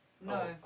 No